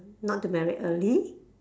not to marry early